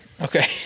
okay